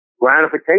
gratification